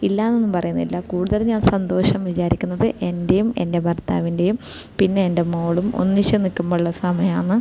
ഇല്ലായെന്ന് ഒന്നും പറയുന്നില്ല കൂടുതലും ഞാൻ സന്തോഷം വിചാരിക്കുന്നത് എൻ്റെയും എൻ്റെ ഭർത്താവിൻ്റെയും പിന്നെ എൻ്റെ മോളും ഒന്നിച്ച് നിൽക്കുമ്പോൾ ഉള്ള സമയമാണ്